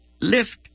lift